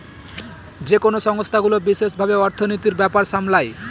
যেকোনো সংস্থাগুলো বিশেষ ভাবে অর্থনীতির ব্যাপার সামলায়